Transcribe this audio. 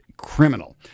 criminal